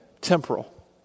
temporal